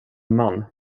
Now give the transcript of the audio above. man